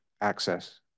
access